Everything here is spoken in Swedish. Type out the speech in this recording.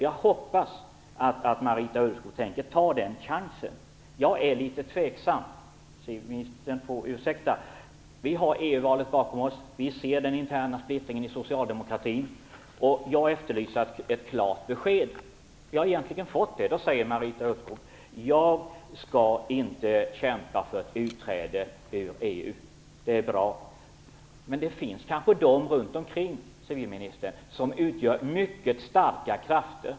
Jag hoppas att Marita Ulvskog tänker ta den chansen. Civilministern får ursäkta, men jag är litet tveksam. Vi har EU-valet bakom oss. Vi ser den interna splittringen i socialdemokratin. Jag efterlyser ett klart besked. Vi har egentligen fått det. Marita Ulvskog säger att hon inte skall kämpa för utträde ur EU. Det är bra. Men det finns kanske människor med en annan uppfattning runt omkring civilministern som utgör mycket starka krafter.